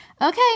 Okay